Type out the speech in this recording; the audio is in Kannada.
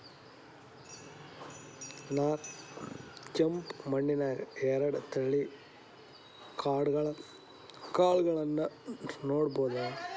ನಾನ್ ಕೆಂಪ್ ಮಣ್ಣನ್ಯಾಗ್ ಎರಡ್ ತಳಿ ಕಾಳ್ಗಳನ್ನು ನೆಡಬೋದ?